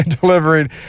delivering